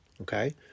okay